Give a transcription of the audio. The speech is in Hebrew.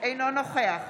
אינו נוכח